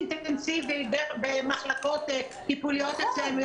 צריך לקיים תהליך מאוד אינטנסיבי במחלקות טיפוליות אצלנו.